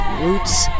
Roots